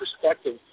perspective